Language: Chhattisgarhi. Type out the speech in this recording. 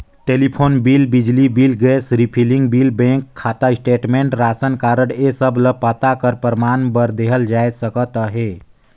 टेलीफोन बिल, बिजली bill, gas refilling bill, bank खाता स्टेटमेंट, रासन कारड ए सब ल पता कर परमान बर देहल जाए सकत अहे